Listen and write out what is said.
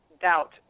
doubt